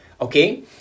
okay